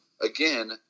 again